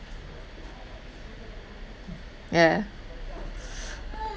yeah